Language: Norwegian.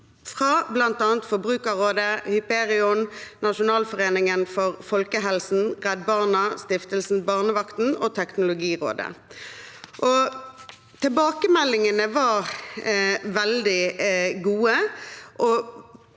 fra bl.a. Forbrukerrådet, Hyperion, Nasjonalforeningen for folkehelsen, Redd Barna, stiftelsen Barnevakten og Teknologirådet. Tilbakemeldingene var veldig gode,